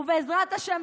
ובעזרת השם,